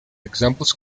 examples